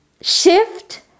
shift